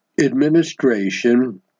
administration